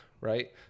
Right